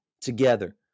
together